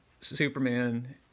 Superman